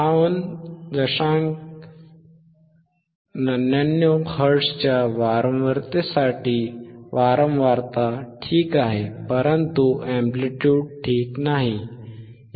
99 हर्ट्झच्या वारंवारतेसाठी वारंवारता ठीक आहे परंतु एंप्लिट्युड ठीक नाही